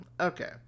okay